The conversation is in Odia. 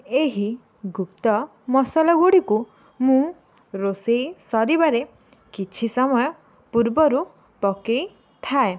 ଏହି ଗୁପ୍ତ ମସଲାଗୁଡ଼ିକୁ ମୁଁ ରୋଷେଇ ସରିବାରେ କିଛି ସମୟ ପୂର୍ବରୁ ପକାଇ ଥାଏ